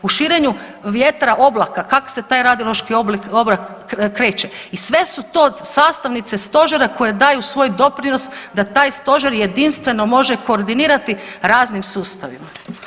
U širenju vjetra oblaka, kak se taj radiološki oblak kreće i sve su to sastavnice Stožera koje daju svoj doprinos da taj Stožer jedinstveno može koordinirati raznim sustavima.